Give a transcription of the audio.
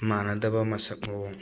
ꯃꯥꯟꯅꯗꯕ ꯃꯁꯛ ꯃꯑꯣꯡ